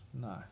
No